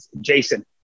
Jason